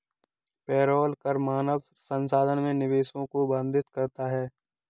payroll कर मानव संसाधन में निवेश को बाधित करता है